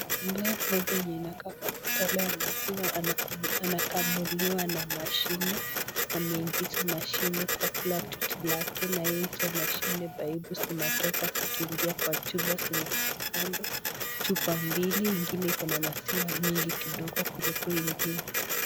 Ng'ombe yenye inakaa kutolewa maziwa anakamliwa na mashini, ameingiza mashini kwa kila titi lake na ye hizo mashini hizo pipe zinatoka zikiingia kwa chupa zenye ziko kando, chupa mbili ingine iko na maziwa nyingi kidogo kuliko ingine.